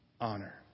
honor